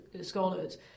scholars